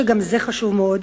שגם זה חשוב מאוד,